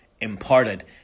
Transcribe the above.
imparted